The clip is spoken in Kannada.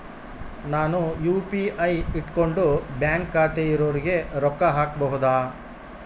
ನಾನು ಯು.ಪಿ.ಐ ಇಟ್ಕೊಂಡು ಬ್ಯಾಂಕ್ ಖಾತೆ ಇರೊರಿಗೆ ರೊಕ್ಕ ಹಾಕಬಹುದಾ?